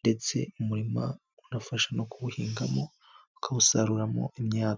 ndetse umurima unabafasha no kuwuhingamo bakawusaruramo imyaka.